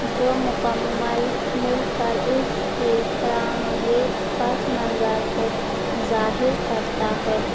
جو مکمل مل کر اس کے فراہنگی پس منظر کو ظاہر کرتا ہے